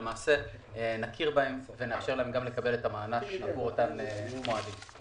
אנחנו נכיר בהן ונאפשר להם לקבל את המענק עבור אותם מועדים.